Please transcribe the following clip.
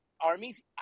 armies